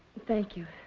thank you.